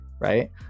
right